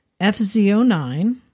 FZ09